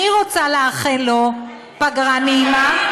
אני רוצה לאחל לו פגרה נעימה,